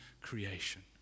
creation